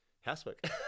housework